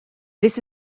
this